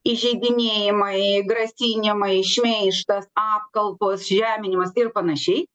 įžeidinėjimai grasinimai šmeižtas apkaltos žeminimas ir panašiai